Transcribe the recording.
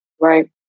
Right